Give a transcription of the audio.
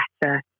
better